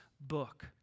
book